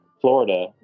florida